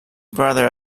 brother